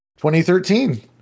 2013